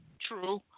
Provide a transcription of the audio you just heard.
True